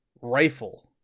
rifle